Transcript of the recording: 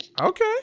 Okay